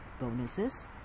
bonuses